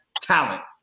talent